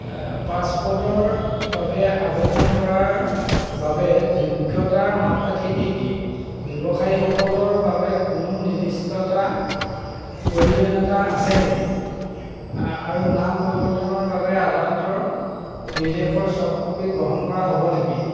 পাছপোৰ্টৰ বাবে আবেদন কৰাৰ বাবে যোগ্যতাৰ মাপকাঠি কি কি ব্যৱসায়ীসকলৰ বাবে কোনো নিৰ্দিষ্টতা প্ৰয়োজনীয়তা আছে নেকি আৰু নাম পৰিৱৰ্তনৰ বাবে আদালতৰ নিৰ্দেশৰ চফ্টক'পি গ্ৰহণ কৰা হ'ব নেকি